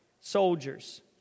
soldiers